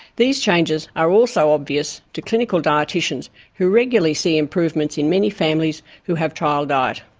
these changes are also obvious to clinical dietitans who regularly see improvements in many families who have trialled diet.